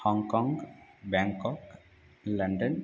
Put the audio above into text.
Hong Kong Bangkok London